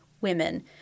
women